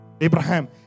Abraham